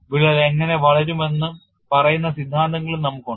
വിള്ളൽ എങ്ങനെ വളരുമെന്ന് പറയുന്ന സിദ്ധാന്തങ്ങളും നമുക്കുണ്ട്